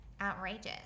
Outrageous